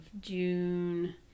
June